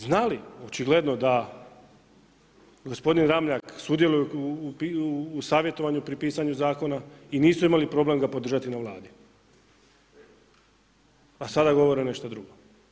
Neki su znali očigledno da gospodin Ramljak sudjeluje u savjetovanju pri pisanju zakona i nisu imali problem ga podržati na Vladi, a sada govore nešto drugo.